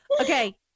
okay